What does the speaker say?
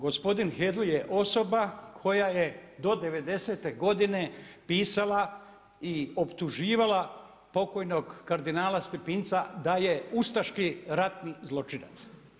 Gospodin Hedl je osoba koja je do '90. godine pisala i optuživala pokojnog kardinala Stepinca da je ustaški radni zločinac.